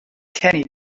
kenny